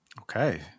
Okay